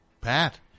Pat